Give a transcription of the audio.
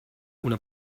una